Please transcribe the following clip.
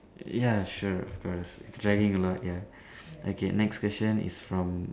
ya sure of course it's dragging a lot ya okay next question is from